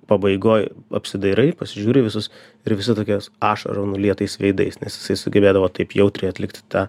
pabaigoj apsidairai pasižiūri visus ir visi tokiais ašarų nulietais veidais nes jisai sugebėdavo taip jautriai atlikti tą